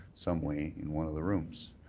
some way, in one of the rooms.